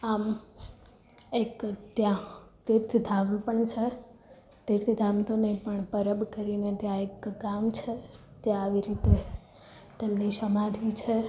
આમ એક ત્યાં તીર્થધામ પણ છે તીર્થધામ તો નઈ પણ પરબ કરીને ત્યાં એક ગામ છે ત્યાં આવી રીતે તેમની સમાધિ છે